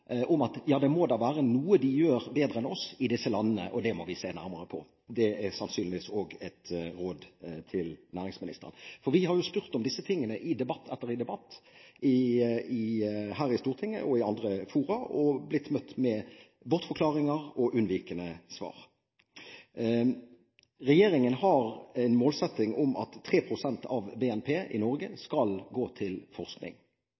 Det må da være noe de gjør bedre enn oss i disse landene, og det må vi se nærmere på. Det er sannsynligvis også et råd til næringsministeren. For vi har jo spurt etter disse tingene i debatt etter debatt, her i Stortinget og i andre fora, og blitt møtt med bortforklaringer og unnvikende svar. Regjeringen har en målsetting om at 3 pst. av BNP i Norge skal gå til forskning.